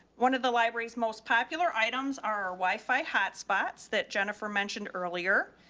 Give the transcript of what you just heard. one of the libraries, most popular items, our wifi hotspots that jennifer mentioned earlier,